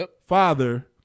father